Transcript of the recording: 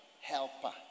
helper